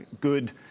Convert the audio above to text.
good